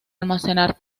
almacenar